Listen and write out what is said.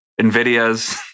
NVIDIA's